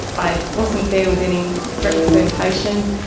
i wasn't there with any representation.